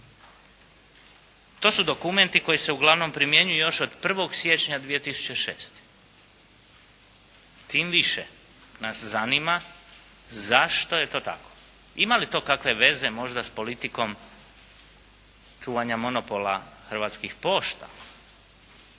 To su dokumenti koji se uglavnom primjenjuju još od 1. siječnja 2006. Tim više nas zanima zašto je to tako? Ima li to kakve veze možda s politikom čuvanja monopola hrvatskih pošta?